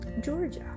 Georgia